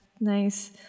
nice